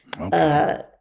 Okay